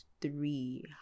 three